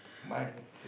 my